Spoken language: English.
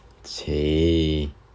!chey!